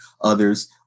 others